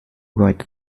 right